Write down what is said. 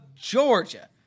Georgia